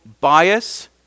bias